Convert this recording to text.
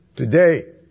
Today